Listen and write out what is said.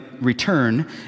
return